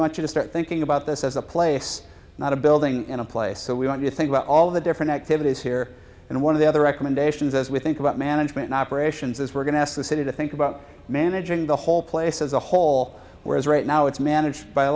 want you to start thinking about this as a place not a building and a place so we want to think about all of the different activities here and one of the other recommendations as we think about management an operations is we're going to ask the city to think about managing the whole place as a whole whereas right now it's managed by a